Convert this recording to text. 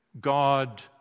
God